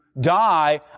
die